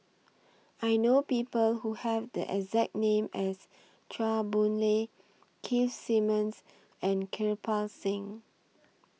I know People Who Have The exact name as Chua Boon Lay Keith Simmons and Kirpal Singh